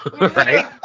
Right